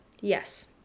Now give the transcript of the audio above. yes